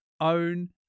own